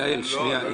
יעל, שנייה.